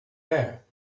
air